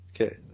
Okay